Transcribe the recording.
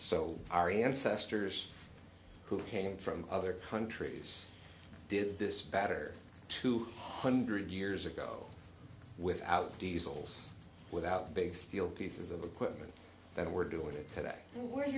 ari ancestors who came from other countries did this better two hundred years ago without diesels without big steel pieces of equipment that were doing that where